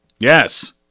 Yes